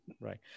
Right